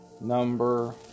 number